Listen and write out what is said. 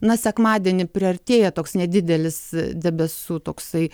na sekmadienį priartėja toks nedidelis debesų toksai